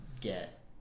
get